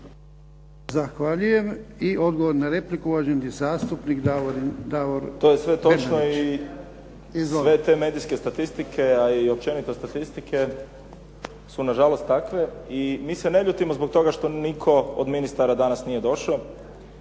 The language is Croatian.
Zahvaljujem. I odgovor na repliku, uvaženi zastupnik Davor Bernardić. **Bernardić, Davor (SDP)** To je sve točno i sve te medijske statistike a i općenito statistike su nažalost takve. I mi se ne ljutimo zbog toga što nitko od ministara danas nije došao.